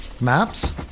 Maps